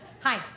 Hi